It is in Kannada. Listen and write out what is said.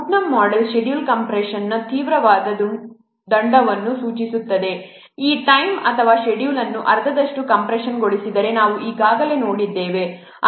ಪುಟ್ನಮ್ ಮೋಡೆಲ್ ಷೆಡ್ಯೂಲ್ ಕಂಪ್ರೆಶನ್ನ ತೀವ್ರವಾದ ದಂಡವನ್ನು ಸೂಚಿಸುತ್ತದೆ ಈ ಟೈಮ್ ಅಥವಾ ಅನ್ನು ಅರ್ಧದಷ್ಟು ಕಂಪ್ರೆಶನ್ಗೊಳಿಸಿದರೆ ನಾವು ಈಗಾಗಲೇ ನೋಡಿದ್ದೇವೆ